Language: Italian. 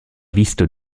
visto